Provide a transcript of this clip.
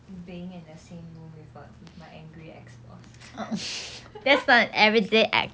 being in the same room with a with my angry ex boss